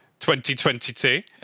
2022